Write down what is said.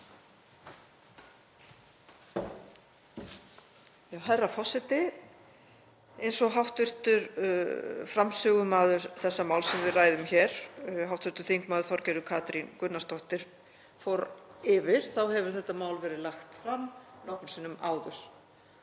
Herra forseti. Eins og hv. framsögumaður þessa máls sem við ræðum hér, hv. þm. Þorgerður Katrín Gunnarsdóttir, fór yfir þá hefur þetta mál verið lagt fram nokkrum sinnum áður,